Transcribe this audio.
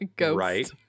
right